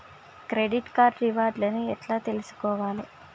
Credit card reward లను ఎట్ల తెలుసుకోవాలే?